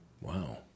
Wow